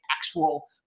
actual